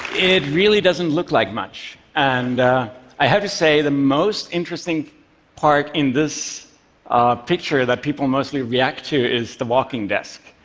it really doesn't look like much. and i have to say, the most interesting part in this picture, that people mostly react to, is the walking desk.